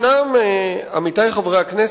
ישנם מצבים, עמיתי חברי הכנסת,